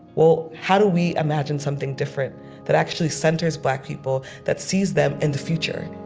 well, how do we imagine something different that actually centers black people, that sees them in the future?